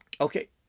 Okay